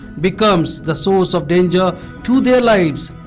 becomes the source of danger to their lives!